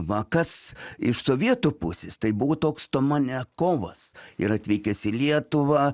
va kas iš sovietų pusės tai buvo toks tomanekovas ir atvykęs į lietuvą